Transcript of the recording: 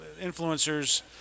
influencers